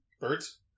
birds